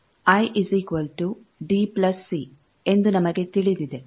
I DC ಎಂದು ನಮಗೆ ತಿಳಿದಿದೆ